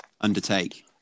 undertake